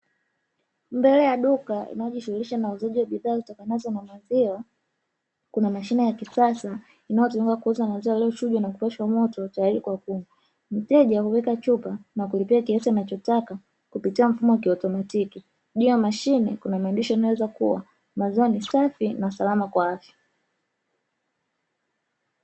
Mbele ya duka linalojishughulisha na uuzaji wa bidhaa zitokanazo na maziwa kuna mashine ya kisasa inayotumika kuuza maziwa yaliyochujwa na kupashwa moto tayari kwa kunywa. Mteja huleta chupa na kulipia kiasi anachotaka kupitia mfumo wa kiautomatiki. Juu ya mashine kuna maandishi yanayoeleza kuwa maziwa ni safi na salama kwa afya.